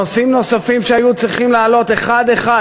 נושאים נוספים שהיו צריכים לעלות אחד אחד,